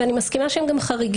ואני מסכימה שהם גם חריגים,